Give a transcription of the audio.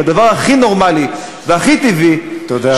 והדבר הכי נורמלי והכי טבעי, תודה.